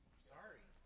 Sorry